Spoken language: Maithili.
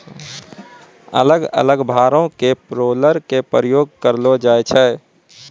अलग अलग भारो के रोलर के प्रयोग करलो जाय छै